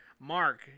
Mark